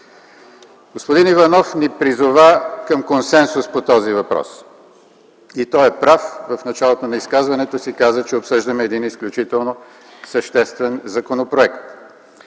Господин Иванов ни призова към консенсус по този въпрос. И той е прав. В началото на изказването си каза, че обсъждаме един изключително съществен законопроект.